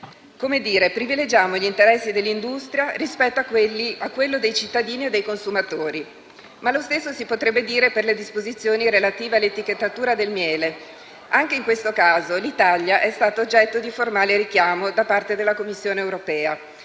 Come dire, privilegiamo gli interessi dell'industria rispetto a quello dei cittadini e dei consumatori. Ma lo stesso si potrebbe dire per le disposizioni relative all'etichettatura del miele. Anche in questo caso l'Italia è stata oggetto di formale richiamo da parte della Commissione europea